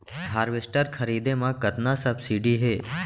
Harvester खरीदे म कतना सब्सिडी हे?